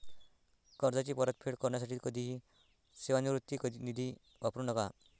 कर्जाची परतफेड करण्यासाठी कधीही सेवानिवृत्ती निधी वापरू नका